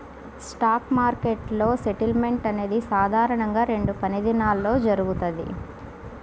spot మార్కెట్లో settlement అనేది సాధారణంగా రెండు పనిదినాల్లో జరుగుతది,